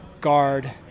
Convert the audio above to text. guard